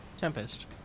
Tempest